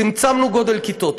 צמצמנו גודל כיתות,